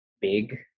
big